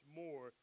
more